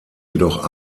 jedoch